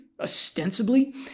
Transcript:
ostensibly